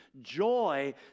Joy